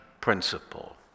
principle